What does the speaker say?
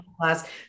class